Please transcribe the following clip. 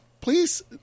please